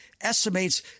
estimates